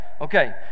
okay